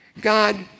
God